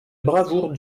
bravoure